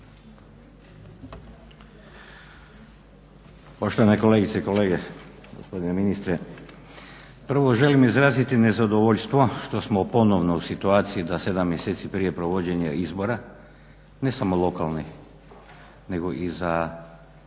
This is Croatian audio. Poštovane kolegice i kolege, gospodine ministre prvo želim izraziti nezadovoljstvo što smo ponovno u situaciji da 7 mjeseci prije provođenja izbora ne samo lokalnih nego i za